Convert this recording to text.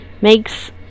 makes